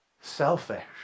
selfish